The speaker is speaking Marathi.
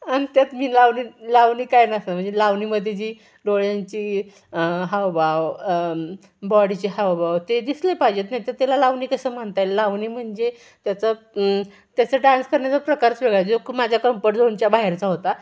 आणि त्यात मी लावणी लावणी काय नाचणार म्हणजे लावणीमध्ये जी डोळ्यांची हावभाव बॉडीचे हावभाव ते दिसले पाहिजेत नाही तर त्याला लावणी कसं म्हणता येईल लावणी म्हणजे त्याचं त्याचं डान्स करण्याचा प्रकारच वेगळा आहे जो की माझ्या कम्फर्ट झोनच्या बाहेरचा होता